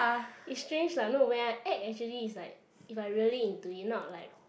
is strange lah no when I act actually is like if I really into it not like